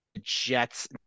Jets